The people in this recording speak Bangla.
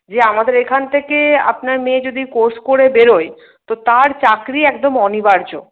যে আমাদের এখান থেকে আপনার মেয়ে যদি কোর্স করে বেরোয় তো তার চাকরি একদম অনিবার্য